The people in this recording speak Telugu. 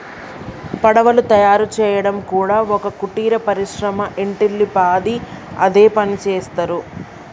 పడవలు తయారు చేయడం కూడా ఒక కుటీర పరిశ్రమ ఇంటిల్లి పాది అదే పనిచేస్తరు